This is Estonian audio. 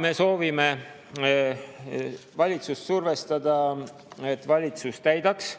Me soovime valitsust survestada, et valitsus täidaks